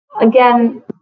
again